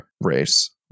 race